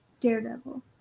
Daredevil